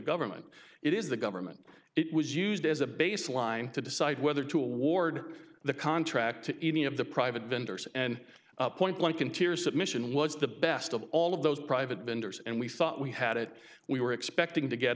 government it is the government it was used as a baseline to decide whether to award the contract to any of the private vendors and point blank in tears submission was the best of all of those private vendors and we thought we had it we were expecting to get